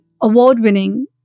award-winning